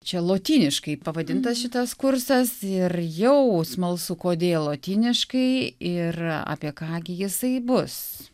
čia lotyniškai pavadintas šitas kursas ir jau smalsu kodėl lotyniškai ir apie ką gi jisai bus